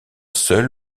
seul